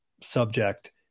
subject